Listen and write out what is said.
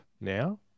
now